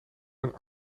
mijn